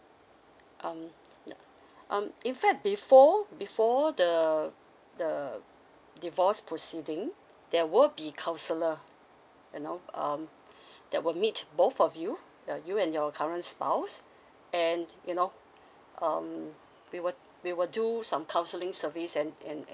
um um in fact before before the the divorce proceeding there will be counsellor you know um they will meet both of you uh you and your current spouse and you know um we will we will do some counselling service and and and